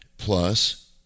Plus